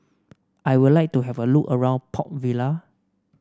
I would like to have a look around Port Vila